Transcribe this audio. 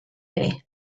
ere